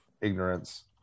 ignorance